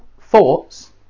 thoughts